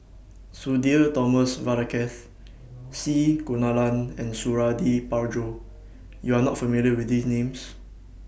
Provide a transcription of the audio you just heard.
Sudhir Thomas Vadaketh C Kunalan and Suradi Parjo YOU Are not familiar with These Names